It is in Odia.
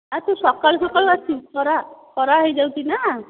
ଆ ତୁ ସକାଳୁ ସକାଳୁ ଆସିବୁ ଖରା ଖରା ହୋଇଯାଉଛି ନା